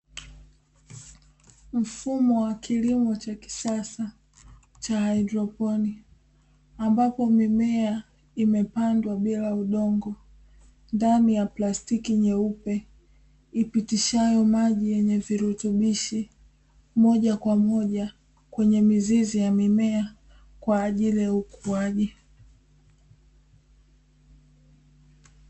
Mfumo wa kilimo cha kisasa haidroponi ambapo mimea imepandwa bila udongo ndani ya plastiki nyeupe, ipitishayo maji yenye virutubishi moja kwa moja kwenye mizizi ya mimea kwa ajili ya ukuaji.